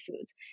foods